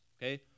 Okay